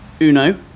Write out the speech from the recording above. uno